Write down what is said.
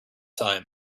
time